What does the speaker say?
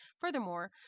Furthermore